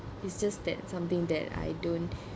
it's just that something that I don't